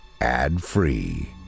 ad-free